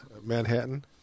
Manhattan